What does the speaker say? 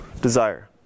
desire